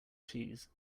cheese